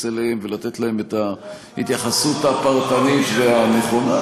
אליהם ולתת להם את ההתייחסות הפרטנית והנכונה.